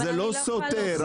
זה לא סותר.